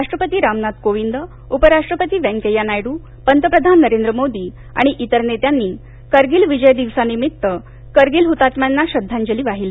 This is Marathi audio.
राष्ट्रपती रामनाथ कोविंद उपराष्ट्रपती वेंकैया नायडू पंतप्रधान नरेंद्र मोदी आणि इतर नेत्यांनी कारगिल विजय दिवसानिमित करगिल हुतात्म्यांना श्रद्धांजली बाहिली